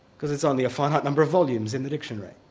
because it's only a finite number of volumes in the dictionary.